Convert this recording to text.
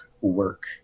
work